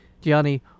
Gianni